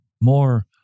more